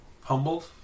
humbled